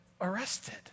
Arrested